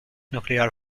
nuclear